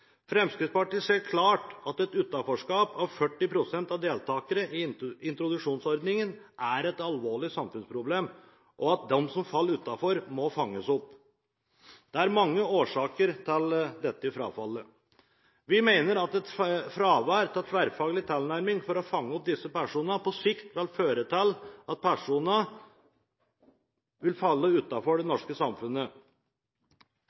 Fremskrittspartiet ser klart at et utenforskap fra arbeidslivet på 40 pst. av deltakere av introduksjonsordningen er et alvorlig samfunnsproblem, og at de som faller utenfor, må fanges opp. Det er mange årsaker til dette frafallet. Vi mener at fravær av en tverrfaglig tilnærming for å fange opp disse personene på sikt vil føre til at de vil falle utenfor det